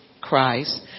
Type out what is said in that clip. Christ